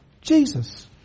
Jesus